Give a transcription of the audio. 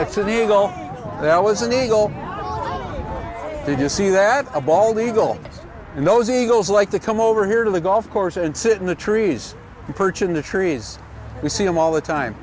it's an ego that was an eagle did you see that a bald eagle and those eagles like to come over here to the golf course and sit in the trees and perch in the trees we see them all the time